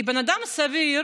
כי בן-אדם סביר